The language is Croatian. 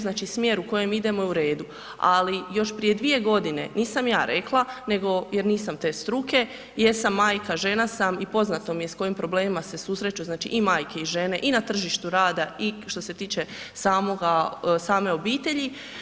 Znači smjer u kojem idemo je u redu, ali još prije 2 godine nisam ja rekla, nego, jer nisam te struke, jesam sam majka, žena sam i poznato mi je s kojim problemima se susreću, znači i majke i žene i na tržištu rada i što se tiče same obitelji.